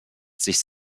sich